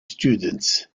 students